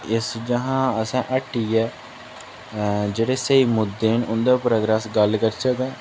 इस चीज़ा हा असें हटियै जेह्ड़े स्हेई मुद्दे न उं'दे उप्पर अगर अस गल्ल करचै तां